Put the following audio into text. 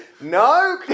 No